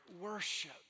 worship